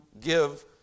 give